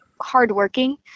hardworking